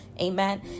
Amen